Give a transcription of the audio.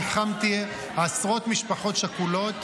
ניחמתי עשרות משפחות שכולות.